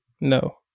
No